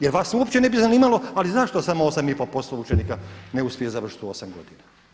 Jer vas uopće ne bi zanimalo, ali zašto samo 8,5% učenika ne uspije završiti u 8 godina.